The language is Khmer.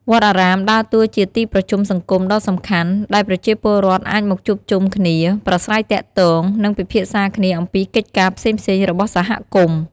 វត្តអារាមដើរតួជា ទីប្រជុំសង្គម ដ៏សំខាន់ ដែលប្រជាពលរដ្ឋអាចមកជួបជុំគ្នា ប្រាស្រ័យទាក់ទង និងពិភាក្សាគ្នាអំពីកិច្ចការផ្សេងៗរបស់សហគមន៍។